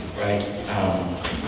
right